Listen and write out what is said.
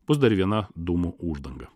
bus dar viena dūmų uždanga